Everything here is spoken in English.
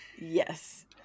Yes